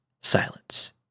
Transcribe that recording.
silence